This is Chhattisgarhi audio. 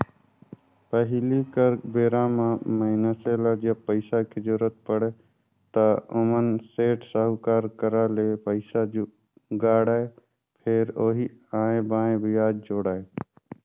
पहिली कर बेरा म मइनसे ल जब पइसा के जरुरत पड़य त ओमन सेठ, साहूकार करा ले पइसा जुगाड़य, फेर ओही आंए बांए बियाज जोड़य